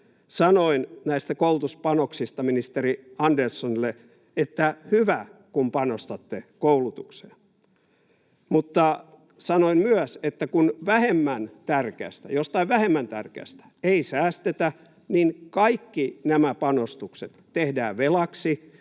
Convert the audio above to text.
Sanoin näistä koulutuspanoksista ministeri Anderssonille, että hyvä kun panostatte koulutukseen, mutta sanoin myös, että kun jostain vähemmän tärkeästä ei säästetä, niin kaikki nämä panostukset tehdään velaksi,